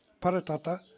Paratata